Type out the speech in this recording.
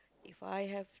If I have